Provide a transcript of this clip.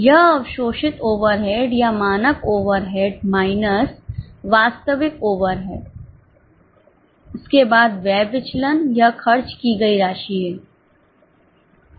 यह अवशोषित ओवरहेड या मानक ओवरहेड माइनस वास्तविक ओवरहेड है उसके बाद व्यय विचलन यह खर्च की गई राशि है